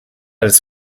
his